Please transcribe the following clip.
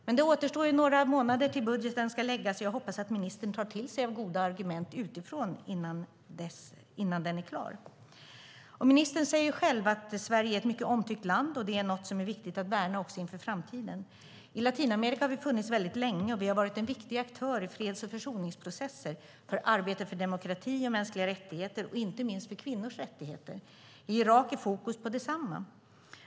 Det återstår några månader tills budgeten ska fastställas, och jag hoppas att ministern tar till sig goda argument utifrån innan den är klar. Ministern säger själv att Sverige är ett omtyckt land och att det är något som är viktigt att värna också inför framtiden. I Latinamerika har vi funnits länge, och vi har varit en viktig aktör i freds och försoningsprocesser, för arbete för demokrati och mänskliga rättigheter och inte minst för kvinnors rättigheter. I Irak är fokus på detsamma.